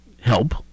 help